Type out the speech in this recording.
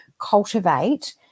cultivate